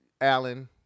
Allen